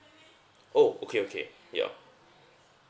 oh okay okay yeah